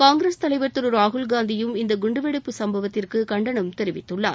காங்கிரஸ் தலைவர் திரு ராகுல்னந்தியும் இந்த குண்டுவெடிப்பு சம்பவத்திற்கு கண்டனம் தெரிவித்துள்ளார்